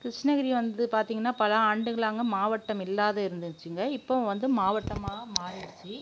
கிருஷ்ணகிரி வந்து பார்த்திங்கன்னா பல ஆண்டுகளாங்க மாவட்டம் இல்லாத இருந்துச்சிங்க இப்போ வந்து மாவட்டமாக மாறிருச்சு